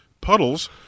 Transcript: puddles